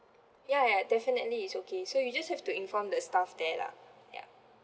ya ya definitely it's okay so you just have to inform the staff there lah ya